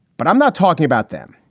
but i'm not talking about them.